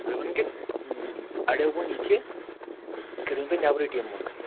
تُہۍ ؤنِو کہ اَڈیو ووٚن یہِ کہِ یہِ کٔڈۍہوٗن تُہۍ نیٚبرٕے ٹیٖمہٕ منٛزٕے